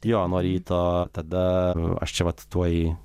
jo nuo ryto tada aš čia vat tuoj